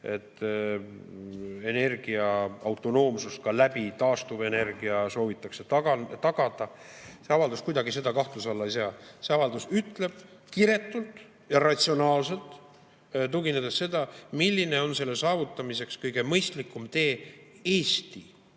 et energiaautonoomsust ka taastuvenergia kaudu soovitakse tagada. See avaldus kuidagi seda kahtluse alla ei sea. See avaldus ütleb kiretult ja ratsionaalselt, milline on selle saavutamiseks kõige mõistlikum tee Eesti